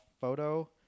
photo